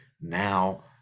Now